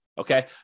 Okay